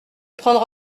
prendre